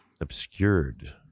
Obscured